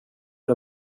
det